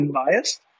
unbiased